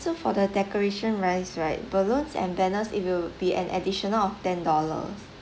so for the decoration wise right balloons and banners it will be an additional of ten dollars